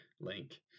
link